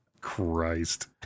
Christ